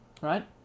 right